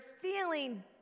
feeling